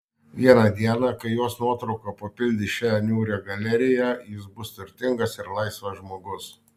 vieną dieną kai jos nuotrauka papildys šią niūrią galeriją jis bus turtingas ir laisvas žmogus